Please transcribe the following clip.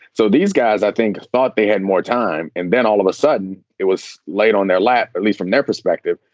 so these guys, i think, thought they had more time and then all of a sudden it was late on their lap, at least from their perspective.